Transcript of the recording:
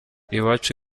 iwacu